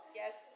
yes